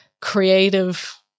creative